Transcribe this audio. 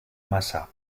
masa